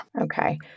Okay